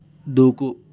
దూకు